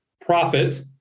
profit